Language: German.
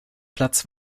platz